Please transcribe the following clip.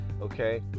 okay